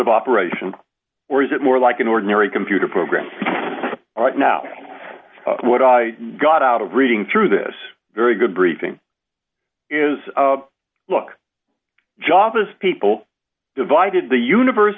of operation or is it more like an ordinary computer program right now what i got out of reading through this very good briefing is look job is people divided the universe